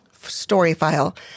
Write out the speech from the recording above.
StoryFile